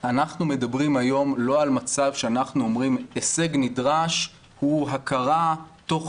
מדברים היום לא על מצב שאנחנו אומרים הישג נדרש הוא הכרה תוך